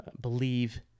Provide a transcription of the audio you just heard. believe